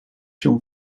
się